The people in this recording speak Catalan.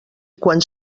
quan